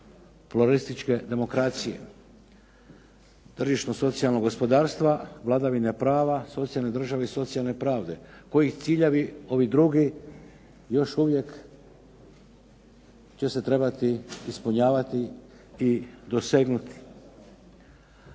pluralističke demokracije tržišno socijalnog gospodarstva, vladavine prava, socijalne države i socijalne pravde kojih cilja, ovi drugi još uvijek će se trebati ispunjavati i dosegnuti.